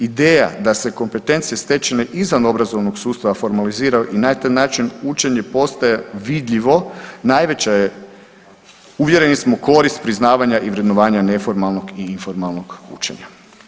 Ideja da se kompetencija stečene izvan obrazovnog sustava formaliziraju i na taj način učenje postaje vidljivo najveća je uvjereni smo korist priznavanja i vrednovanja neformalnog i informalnog učenja.